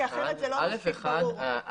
(א)(1),